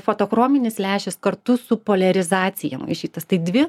fotochrominis lęšis kartu su poliarizacija maišytas tai dvi